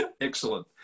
Excellent